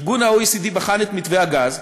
שה-OECD בחן את מתווה הגז,